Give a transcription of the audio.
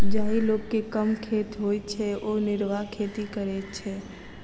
जाहि लोक के कम खेत होइत छै ओ निर्वाह खेती करैत छै